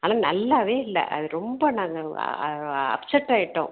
அது நல்லாவே இல்லை அது ரொம்ப நாங்கள் அப்செட் ஆயிட்டோம்